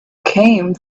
came